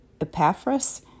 Epaphras